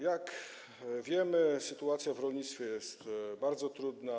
Jak wiemy, sytuacja w rolnictwie jest bardzo trudna.